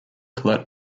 colette